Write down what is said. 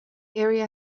area